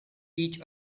each